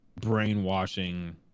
brainwashing